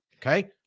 okay